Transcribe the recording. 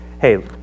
hey